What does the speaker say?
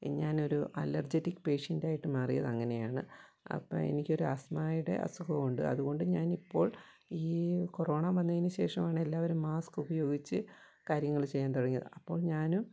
E ഞാനൊരു allergic പേഷ്യൻറ്റായിട്ട് മാറിയതങ്ങനെയാണ് അപ്പം എനിക്കൊരാസ്മായുടെ അസുഖം ഉണ്ട് അതുകൊണ്ട് ഞാനിപ്പോൾ ഈ കൊറോണ വന്നതിന് ശേഷമാണെല്ലാവരും മാസ്ക്ക് ഉപയോഗിച്ച് കാര്യങ്ങള് ചെയ്യാൻ തുടങ്ങിയത് അപ്പോൾ ഞാനും